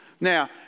now